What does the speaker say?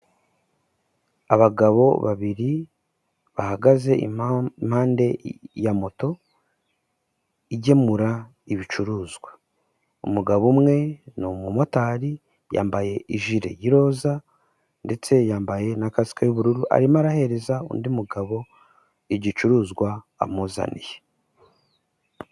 Abagabo babiri bahagaze impande ya moto igemura ibicuruzwa. Umugabo umwe ni umumotari, yambaye ijire y'iroza ndetse yambaye na kasike y'ubururu, arimo arahereza undi mugabo igicuruzwa amuzaniye.